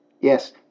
Yes